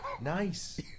Nice